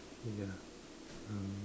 ya um